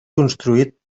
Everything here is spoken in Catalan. construït